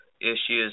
issues